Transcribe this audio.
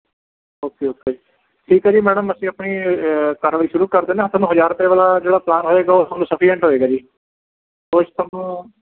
okay okay ਠੀਕ ਹੈ ਜੀ ਮੈਡਮ ਅਸੀਂ ਆਪਣੀ ਕਾਰਵਾਈ ਸ਼ੁਰੂ ਕਰ ਦਿੰਦੇ ਹਾਂ ਤੁਹਾਨੂੰ ਹਜ਼ਾਰ ਰੁਪਏ ਵਾਲਾ ਜਿਹੜਾ ਪਲਾਨ ਹੋਵੇਗਾ ਉਹ ਤੁਹਾਨੂੰ ਸਫੀਸ਼ੈਂਟ ਹੋਵੇਗਾ ਜੀ ਉਸ 'ਚ ਤੁਹਾਨੂੰ